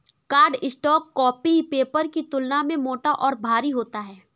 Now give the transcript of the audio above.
cardstock copy paper की तुलना में मोटा और भारी होता है